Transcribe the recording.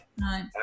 Right